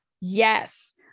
Yes